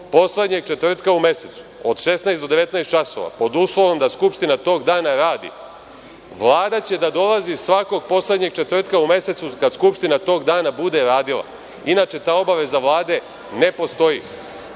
poslednjeg četvrtka u mesecu, od 16,00 do 19,00 časova, pod uslovom da Skupština tog dana radi. Vlada će da dolazi svakog poslednjeg četvrtka u mesecu kada Skupština tog dana bude radila. Inače, ta obaveza Vlade ne postoji,